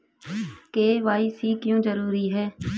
KYC क्यों जरूरी है?